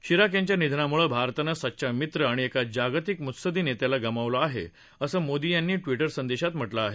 Chirac यांच्या निधनामुळे भारतानं सच्चा मित्र आणि एका जागतिक मुत्सदी नेत्याला गमावलं आहे असं मोदी यांनी ट्विटर संदेशात म्हटलं आहे